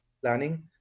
planning